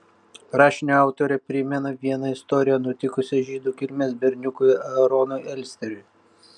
rašinio autorė primena vieną istoriją nutikusią žydų kilmės berniukui aaronui elsteriui